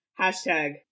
Hashtag